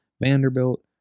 Vanderbilt